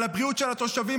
על הבריאות של התושבים,